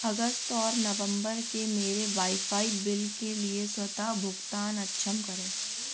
अगस्त और नवंबर के मेरे वाईफ़ाई बिल के लिए स्वतः भुगतान अक्षम करें